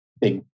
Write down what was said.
big